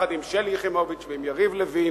יחד עם שלי יחימוביץ ועם יריב לוין,